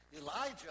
Elijah